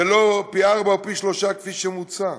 ולא פי-ארבעה או פי-שלושה, כפי שמוצע.